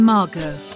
Margot